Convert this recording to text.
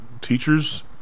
teachers